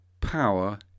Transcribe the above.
power